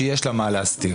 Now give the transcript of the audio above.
שיש לה מה להסתיר.